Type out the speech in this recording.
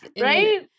Right